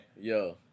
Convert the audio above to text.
Yo